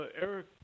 Eric